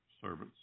servants